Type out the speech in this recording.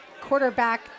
quarterback